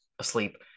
asleep